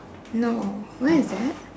no where is that